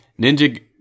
Ninja